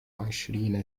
عشرين